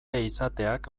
izateak